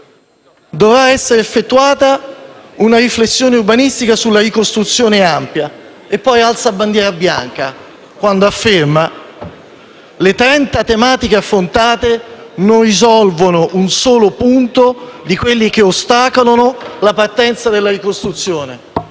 «Dovrà essere fatta una riflessione urbanistica sulla ricostruzione ampia». Poi alza bandiera bianca, quando afferma che le trenta tematiche affrontate non risolvono un solo punto di quelli che ostacolano la partenza della ricostruzione.